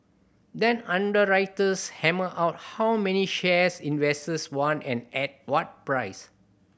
then underwriters hammer out how many shares investors want and at what price